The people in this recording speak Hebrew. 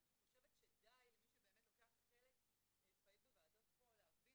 ואני חושבת שדי למי שלוקח חלק פעיל בוועדות פה להבין